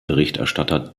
berichterstatter